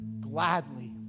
gladly